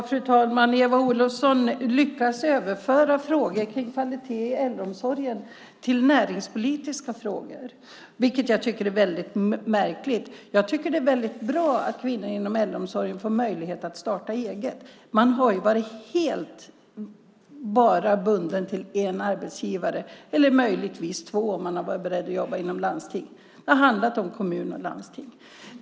Fru talman! Eva Olofsson lyckas göra frågor om kvalitet i äldreomsorgen till näringspolitiska frågor, vilket jag tycker är märkligt. Jag tycker att det är bra att kvinnor inom äldreomsorgen får möjlighet att starta eget. De har varit helt bundna till endast en arbetsgivare, eller möjligtvis till två om de varit beredda att jobba inom landsting. Det har handlat om kommuner och landsting.